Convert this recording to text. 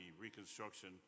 reconstruction